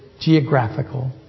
geographical